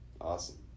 Awesome